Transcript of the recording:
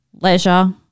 leisure